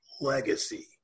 legacy